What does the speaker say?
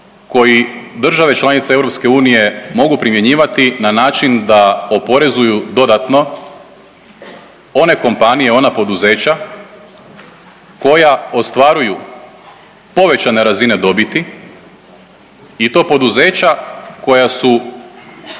koji države članice EU mogu primjenjivati na način da oporezuju dodatno one kompanije i ona poduzeća koja ostvaruju povećane razine dobiti i to poduzeća koja su